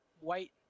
white